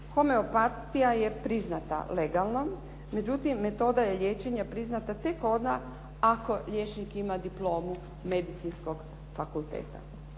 homeopatija je priznata legalno, međutim metoda liječenja je priznata tek onda ako liječnik diplomu medicinskog fakulteta.